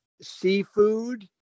seafood